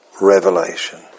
Revelation